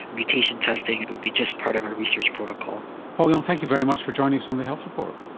mutation testing would be just part of our research protocol. paul yong, thank you very much for joining us on the health report.